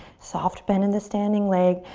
soft bend in the standing leg.